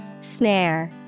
Snare